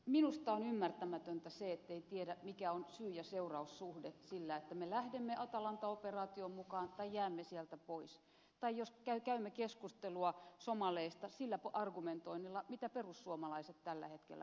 minusta on ymmärtämätöntä se ettei tiedä mikä on syy ja seuraussuhde sillä että me lähdemme atalanta operaatioon mukaan tai jäämme sieltä pois tai jos käymme keskustelua somaleista sillä argumentoinnilla mitä perussuomalaiset tällä hetkellä harrastavat